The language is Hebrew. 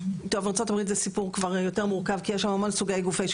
ארצות הברית זה סיפור כבר יותר מורכב כי יש שם המון סוגי גופי שיטור,